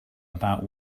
about